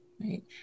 right